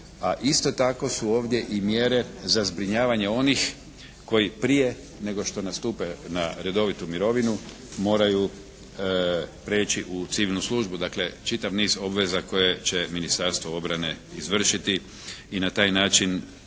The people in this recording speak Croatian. a isto tako su ovdje i mjere za zbrinjavanje onih koji prije nego što nastupe na redovitu mirovinu moraju prijeći u civilnu službu, dakle čitav niz obveza koje će Ministarstvo obrane izvršiti i na taj način